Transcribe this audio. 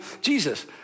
Jesus